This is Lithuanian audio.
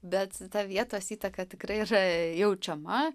bet ta vietos įtaka tikrai yra jaučiama